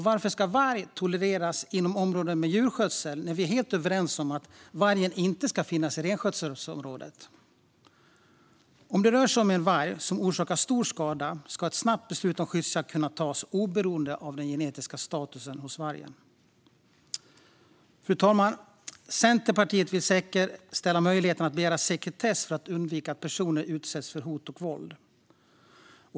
Varför ska varg tolereras inom områden med djurskötsel när vi är helt överens om att vargen inte ska finnas i renskötselområdena? Om det rör sig om en varg som orsakar stor skada ska ett snabbt beslut om skyddsjakt kunna fattas oberoende av den genetiska statusen hos vargen. Fru talman! Centerpartiet vill säkerställa möjligheten att begära sekretess för att undvika att personer utsätts för hot och våld.